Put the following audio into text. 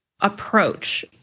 approach